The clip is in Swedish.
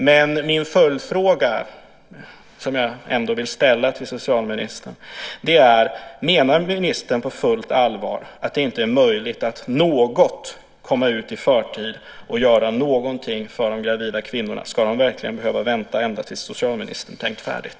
Min följdfråga, som jag ändå vill ställa till socialministern, är: Menar ministern på fullt allvar att det inte är möjligt att agera något tidigare och göra någonting för de gravida kvinnorna? Ska de verkligen behöva vänta ända tills socialministern tänkt färdigt?